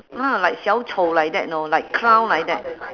ah like 小丑 like that you know like clown like that